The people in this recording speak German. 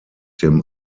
dem